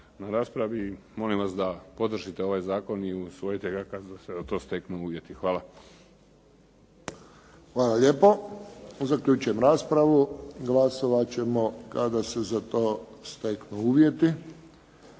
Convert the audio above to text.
na raspravi i molim vas da podržite ovaj zakon i usvojite ga kad se za to steknu uvjeti. Hvala. **Friščić, Josip (HSS)** Hvala lijepo. Zaključujem raspravu. Glasovat ćemo kada se za to steknu uvjeti.